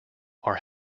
are